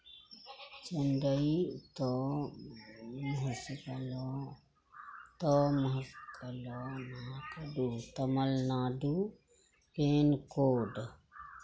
चेन्नई तमे हर्षीकार ल तमे हर्षीकार ल तमिलनाडु पिनकोड